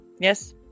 Yes